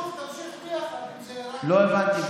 לא הבנתי,